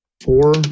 four